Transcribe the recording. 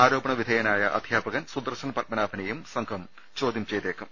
ആരോപണവിധേയനായ അധ്യാപകൻ സുദർശൻ പത്മനാഭനെയും സംഘം ചോദ്യം ചെയ്തേക്കും